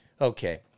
Okay